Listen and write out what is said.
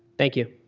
thank you.